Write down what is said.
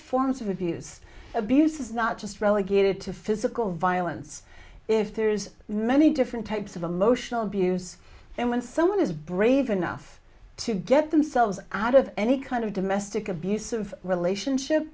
forms of abuse abuse is not just relegated to physical violence if there's many different types of emotional abuse and when someone is brave enough to get themselves out of any kind of domestic abuse of relationship